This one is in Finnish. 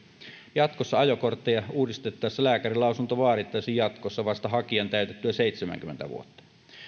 jatkossa ajokortteja uudistettaessa lääkärinlausunto vaadittaisiin jatkossa vasta hakijan täytettyä seitsemänkymmentä vuotta